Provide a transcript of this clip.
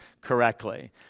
correctly